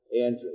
Andrew